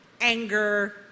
anger